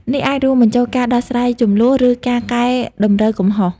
នេះអាចរួមបញ្ចូលការដោះស្រាយជម្លោះ ឬការកែតម្រូវកំហុស។